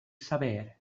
saber